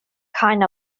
kind